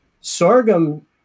Sorghum